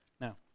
Now